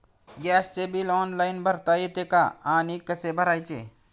गॅसचे bill online भरता येते का आणि कसे भरायचे?